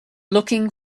looking